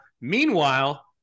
Meanwhile